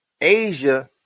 Asia